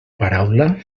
paraula